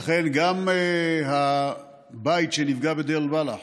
לכן גם הבית שנפגע בדיר אל-בלח